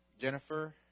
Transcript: Jennifer